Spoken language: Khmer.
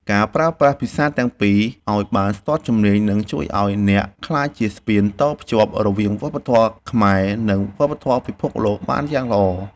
ការប្រើប្រាស់ភាសាទាំងពីរឱ្យបានស្ទាត់ជំនាញនឹងជួយឱ្យអ្នកក្លាយជាស្ពានតភ្ជាប់រវាងវប្បធម៌ខ្មែរ និងវប្បធម៌ពិភពលោកបានយ៉ាងល្អ។